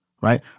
Right